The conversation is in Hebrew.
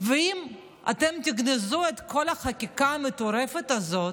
ואם אתם תגנזו את כל החקיקה המטורפת הזאת,